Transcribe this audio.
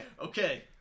Okay